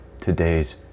today's